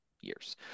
years